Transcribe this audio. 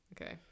Okay